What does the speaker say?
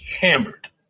hammered